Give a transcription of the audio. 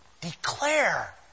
declare